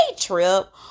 trip